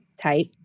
type